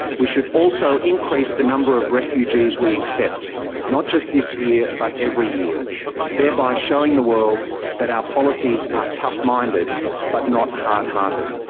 we should also increase the number of refugees we accept not just this year but every year thereby showing the world that our policies are tough-minded but not hard-hearted.